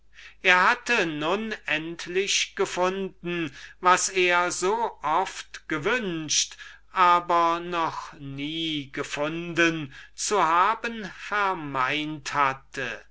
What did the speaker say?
er endlich gefunden habe was er so oft gewünscht aber noch nie gefunden zu haben geglaubt hatte